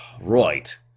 right